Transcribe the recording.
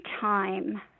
time